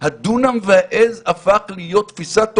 הדונם והעז הפכו להיות תפיסת עולם,